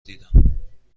دیدم